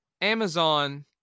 Amazon